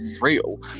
real